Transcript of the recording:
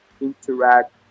interact